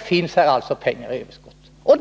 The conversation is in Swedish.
finns alltså pengar i överskott.